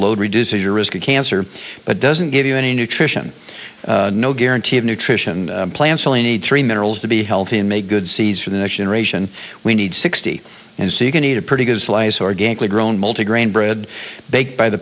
load reduces your risk of cancer but doesn't give you any nutrition no guarantee of nutrition plan selling a three minerals to be healthy and make good seeds for the next generation we need sixty and so you can eat a pretty good slice organically grown multi grain bread baked by the